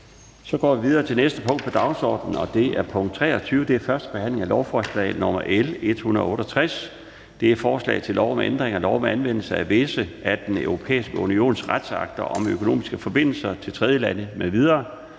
vedtaget. --- Det næste punkt på dagsordenen er: 23) 1. behandling af lovforslag nr. L 168: Forslag til lov om ændring af lov om anvendelsen af visse af Den Europæiske Unions retsakter om økonomiske forbindelser til tredjelande m.v.